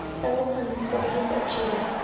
fell upon the cities of judah,